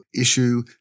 issue